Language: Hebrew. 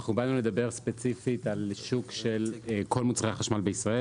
אנחנו באנו לדבר ספציפית על השוק של כל מוצרי החשמל בישראל.